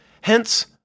Hence